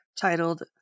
titled